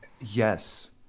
Yes